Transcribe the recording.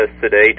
today